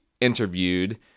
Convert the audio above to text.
interviewed